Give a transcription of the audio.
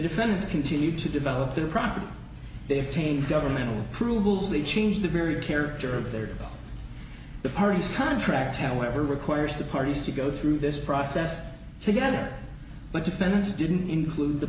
defendants continue to develop their property they obtain governmental approvals they change the very character of their parties contract however requires the parties to go through this process together but defendants didn't include the